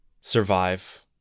Survive